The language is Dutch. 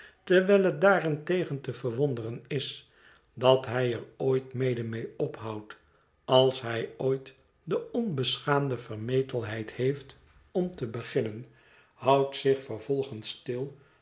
terwijl het daarentegen te verwonderen is dat hij er ooit mede ophoudt als hij ooit de onbeschaamde vermetelheid heeft om te beginnen houdt zich vervolgens stil